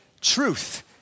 truth